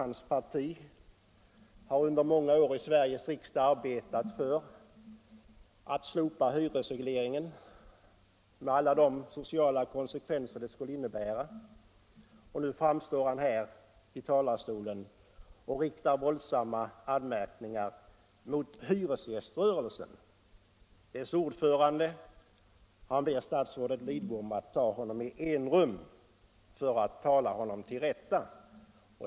Hans parti har under många år i Sveriges riksdag arbetat för att slopa hyresregleringen med alla de sociala konsekvenser som det skulle innebära. Nu står han här i talarstolen och riktar våldsamma anmärkningar mot hyresgäströrelsen. Han ber statsrådet Lidbom ta dess ordförande i enrum för att tala honom till rätta.